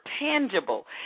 tangible